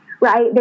right